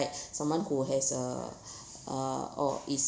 someone who has a uh or is